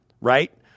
right